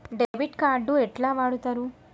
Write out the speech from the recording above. Debit card ఎట్లా వాడుతరు?